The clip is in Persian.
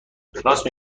راست